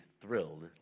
thrilled